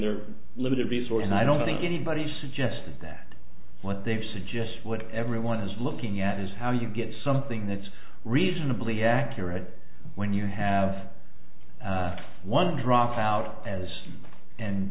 their limited resource and i don't think anybody suggested that what they suggest what everyone is looking at is how you get something that's reasonably accurate when you have one drop out as and